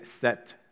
set